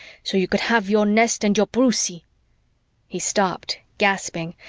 so you could have your nest and your brucie! he stopped, gasping,